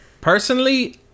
Personally